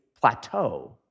plateau